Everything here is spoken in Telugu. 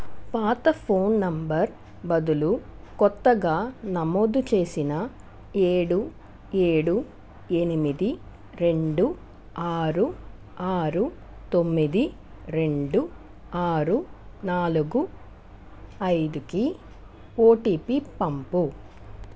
పాత ఫోన్ నంబర్ బదులు కొత్తగా నమోదు చేసిన ఏడు ఏడు ఎనిమిది రెండు ఆరు ఆరు తొమ్మిది రెండు ఆరు నాలుగు ఐదుకి ఓటీపీ పంపు